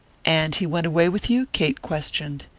and he went away with you? kate questioned.